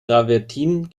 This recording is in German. travertin